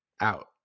out